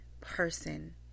person